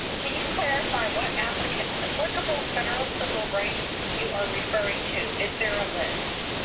can you clarify what applicable applicable federal civil rights you are referring to, is there a list?